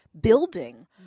building